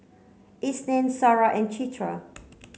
Isnin Sarah and Citra